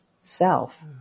self